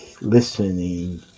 listening